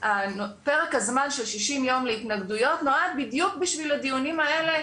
פרק הזמן של 60 יום להתנגדויות נועד בדיוק בשביל הדיונים האלה.